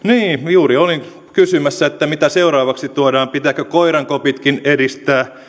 juuri olin kysymässä että mitä seuraavaksi tuodaan pitääkö koirankopitkin eristää ja